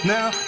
Now